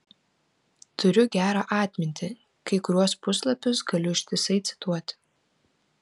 turiu gerą atmintį kai kuriuos puslapius galiu ištisai cituoti